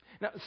Now